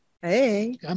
hey